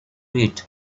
eat